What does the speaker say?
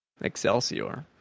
Excelsior